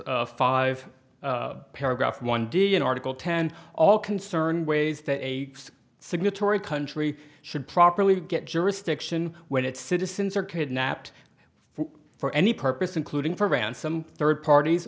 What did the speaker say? s five paragraph one d in article ten all concerned ways that a signatory country should properly get jurisdiction when its citizens are kidnapped for any purpose including for ransom third parties